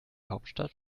hauptstadt